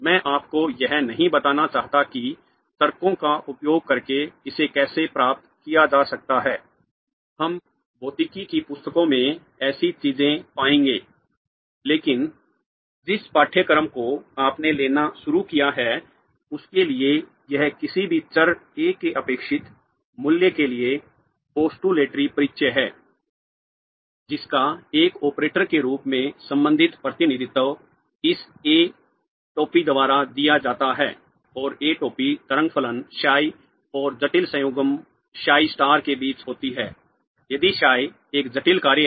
मैं आपको यह नहीं बताना चाहता कि तर्कों का उपयोग करके इसे कैसे प्राप्त किया जा सकता है हम भौतिकी की पुस्तकों में ऐसी चीजें पाएंगे लेकिन जिस विशेष पाठ्यक्रम को आपने लेना शुरू किया है उसके लिए यह किसी भी चर ए के अपेक्षित मूल्य के लिए पोस्टुलेटरी परिचय है जिसका एक ऑपरेटर के रूप में संबंधित प्रतिनिधित्व इस A टोपी द्वारा दिया जाता है और A टोपी तरंग फलन psi और जटिल संयुग्म psi स्टार के बीच होती है यदि psi एक जटिल कार्य है